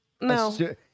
No